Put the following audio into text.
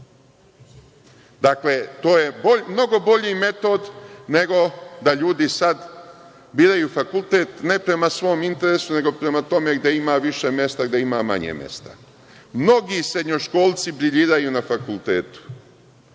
To je mnogo bolji metod nego da ljudi sad biraju fakultet ne prema svom interesu nego prema tome gde ima više mesta ili gde ima manje mesta. Mnogi srednjoškolci briljiraju na fakultetu,